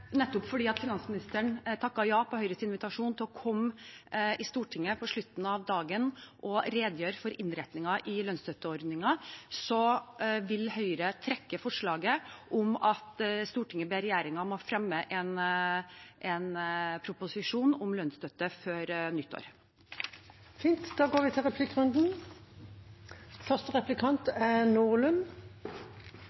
Nettopp fordi finansministeren takket ja til Høyres invitasjon til å komme i Stortinget på slutten av dagen og redegjøre for innretningen i lønnsstøtteordningen, vil Høyre trekke forslaget om at Stortinget ber regjeringen om å fremme en proposisjon om lønnsstøtte før nyttår. Fint. Da går vi til